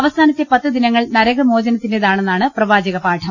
അവസാനത്തെ പത്ത് ദിനങ്ങൾ നരകമോചനത്തിന്റേതാണെന്നാണ് പ്രവാചകപാഠം